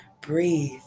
breathe